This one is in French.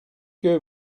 que